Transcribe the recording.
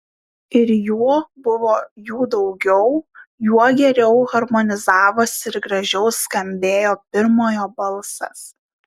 ir juo buvo jų daugiau juo geriau harmonizavosi ir gražiau skambėjo pirmojo balsas